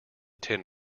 tin